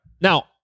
Now